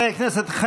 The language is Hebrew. חברי הכנסת,